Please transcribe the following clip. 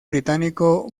británico